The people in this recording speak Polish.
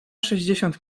sześćdziesiąt